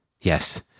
Yes